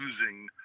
losing